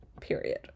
period